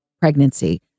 pregnancy